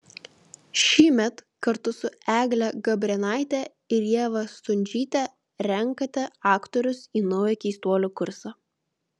šįmet kartu su egle gabrėnaite ir ieva stundžyte renkate aktorius į naują keistuolių kursą